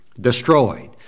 destroyed